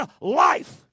life